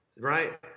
right